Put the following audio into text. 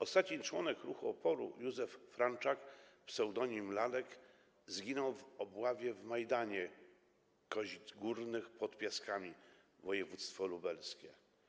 Ostatni członek ruchu oporu Józef Franczak ps. Lalek zginął w obławie w Majdanie Kozic Górnych pod Piaskami, województwo lubelskie.